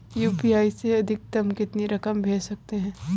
UPI से अधिकतम कितनी रकम भेज सकते हैं?